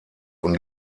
und